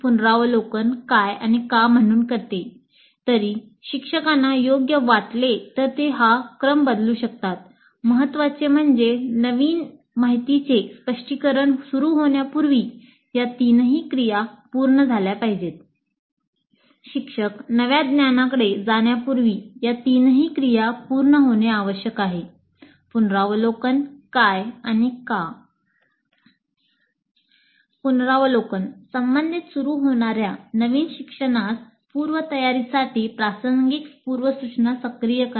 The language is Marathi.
पुनरावलोकन संबंधित सुरु होणार्या नवीन शिक्षणास पूर्वतयारीसाठी प्रासंगिक पूर्वसूचना सक्रिय करा